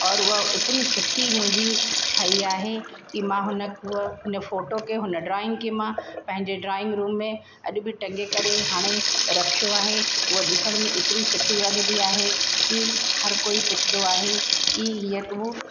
और उहा एतिरी सुठी मुंहिंजी ठही आहे कि मां हुन हूअं हुन फोटो खे हुन ड्रॉइंग खे मां पंहिंजे ड्रॉइंग में अॼु बि टंगे करे हाणे रखियो आहे उहा ॾिसण में एतिरी सुठी लॻंदी आहे कि हर कोई पुछंदो आहे कि हीअं तूं